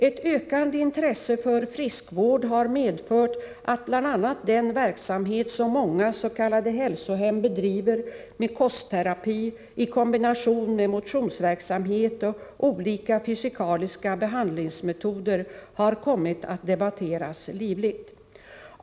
Ett ökande intresse för friskvård har medfört att bl.a. den verksamhet som många s.k. hälsohem bedriver med kostterapi i kombination med motionsverksamhet och olika fysikaliska behandlingsmetoder har kommit att debatteras livligt.